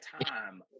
time